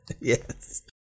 Yes